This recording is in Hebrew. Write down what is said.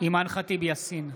אימאן ח'טיב יאסין,